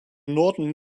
norden